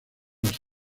las